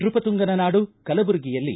ನೃಪತುಂಗನ ನಾಡು ಕಲಬುರಗಿಯಲ್ಲಿ